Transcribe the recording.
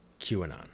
qanon